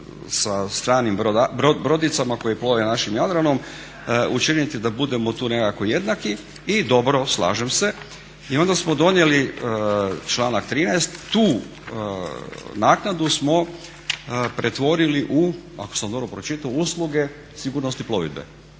sa stranim brodicama koje plove našim Jadranom učiniti da budemo tu nekako jednaki i dobro, slažem se. I onda smo donijeli članak 13., tu naknadu smo pretvorili u, ako sam dobro pročitao, usluge sigurnosti plovidbe.